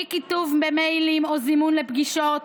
אי-כיתוב למיילים או זימון לפגישות,